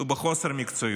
ובחוסר מקצועיות.